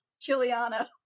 Chiliana